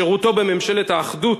שירותו בממשלת האחדות,